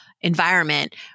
environment